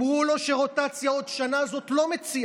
// אמרו לו שרוטציה עוד שנה / זאת לא מציאה